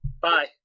Bye